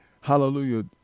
hallelujah